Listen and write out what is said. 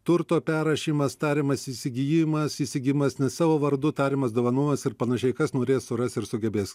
turto perrašymas tariamas įsigijimas įsigijimas ne savo vardu tariamas dovanojimas ir panašiai kas norės suras ir sugebės